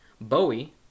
Bowie